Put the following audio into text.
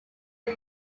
are